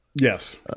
Yes